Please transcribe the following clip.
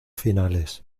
finales